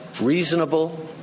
reasonable